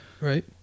Right